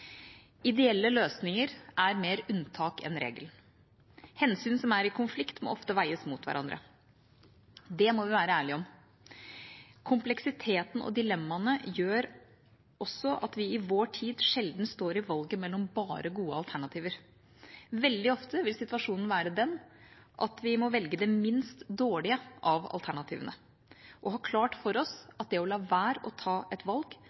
Ideelle løsninger er mer unntaket enn regelen. Hensyn som er i konflikt, må ofte veies mot hverandre. Det må vi være ærlige om. Kompleksiteten og dilemmaene gjør også at vi i vår tid sjelden står i valget mellom bare gode alternativer. Veldig ofte vil situasjonen være den at vi må velge det minst dårlige av alternativene – og ha klart for oss at det å la være å ta et valg